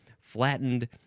flattened